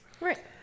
Right